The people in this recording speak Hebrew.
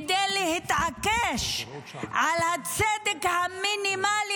כדי להתעקש על הצדק המינימלי